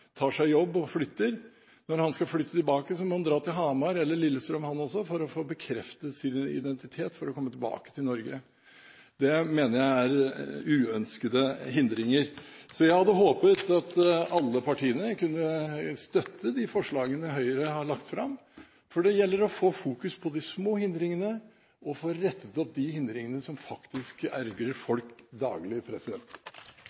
tar seg jobb og flytter, må han også, når han skal flytte tilbake, dra til Hamar eller Lillestrøm for å få bekreftet sin identitet for å komme tilbake til Norge. Det mener jeg er uønskede hindringer. Jeg hadde håpet at alle partiene kunne støtte de forslagene Høyre har lagt fram, for det gjelder å fokusere på de små hindringene og få rettet opp de hindringene som faktisk